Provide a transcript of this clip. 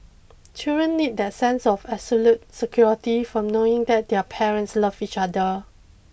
children need that sense of absolute security from knowing that their parents love each other